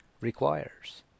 Requires